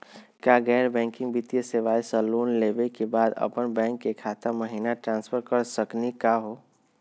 का गैर बैंकिंग वित्तीय सेवाएं स लोन लेवै के बाद अपन बैंको के खाता महिना ट्रांसफर कर सकनी का हो?